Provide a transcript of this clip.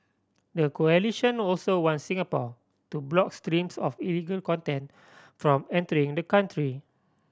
the coalition also want Singapore to block streams of illegal content from entering the country